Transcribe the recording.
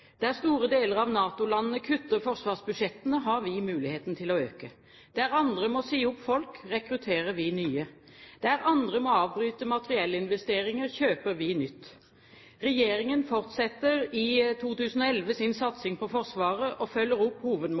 Der store deler av NATO-landene kutter forsvarsbudsjettene, har vi muligheten til å øke. Der andre må si opp folk, rekrutterer vi nye. Der andre må avbryte materiellinvesteringer, kjøper vi nytt. Regjeringen fortsetter i 2011 sin satsing på Forsvaret og følger opp